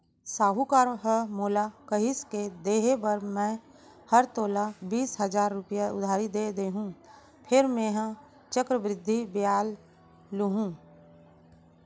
साहूकार ह मोला कहिस के देहे बर मैं हर तोला बीस हजार रूपया उधारी दे देहॅूं फेर मेंहा चक्रबृद्धि बियाल लुहूं